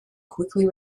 quickly